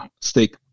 stake